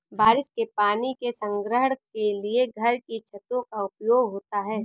बारिश के पानी के संग्रहण के लिए घर की छतों का उपयोग होता है